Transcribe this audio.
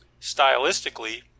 stylistically